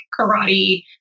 karate